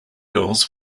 earls